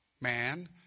man